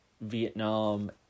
Vietnam